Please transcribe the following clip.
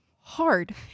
hard